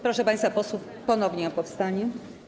Proszę państwa posłów ponownie o powstanie.